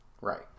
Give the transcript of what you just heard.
Right